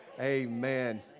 Amen